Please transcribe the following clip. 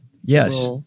Yes